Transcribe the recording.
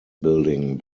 building